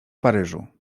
paryżu